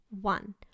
One